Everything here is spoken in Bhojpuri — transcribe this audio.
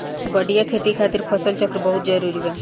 बढ़िया खेती खातिर फसल चक्र बहुत जरुरी बा